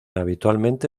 habitualmente